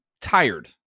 tired